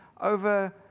over